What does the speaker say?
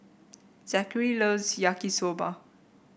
Zachery loves Yaki Soba